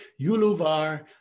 Yuluvar